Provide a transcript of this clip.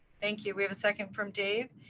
thank you, we have a second from dave.